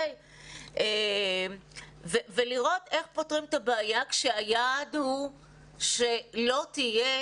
צריך לראות איך פותרים את הבעיה כשהיעד הוא שלא תהיה